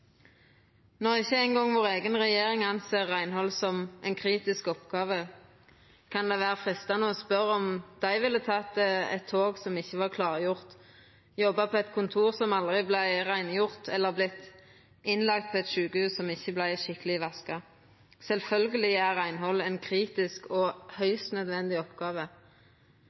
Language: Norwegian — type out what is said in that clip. Når ikkje eingong vår eiga regjering ser på reinhald som ei kritisk oppgåve, kan det vera freistande å spørja om dei ville teke eit tog som ikkje var klargjort, jobba på eit kontor som aldri vart reingjort eller vortne innlagde på eit sjukehus som aldri vart skikkeleg vaska. Sjølvsagt er reinhald ei kritisk og høgst nødvendig oppgåve.